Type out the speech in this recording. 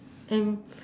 and